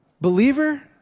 Believer